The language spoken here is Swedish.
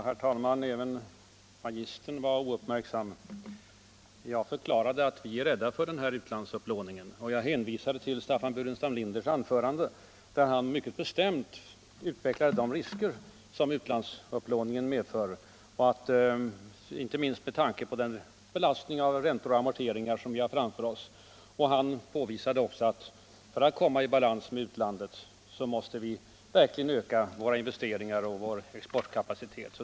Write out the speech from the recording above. Herr talman! Även magistern var ouppmärksam. Jag förklarade att vi är rädda för utlandsupplåningen, och jag hänvisade till Staffan Burenstam Linders anförande, där han mycket bestämt utvecklade vilka risker som utlandsupplåningen medför, inte minst med tanke på den belastning i form av räntor och amorteringar som vi har framför oss. Han påvisade också att vi för att komma i balans med utlandet verkligen måste öka våra investeringar och vår exportkapacitet.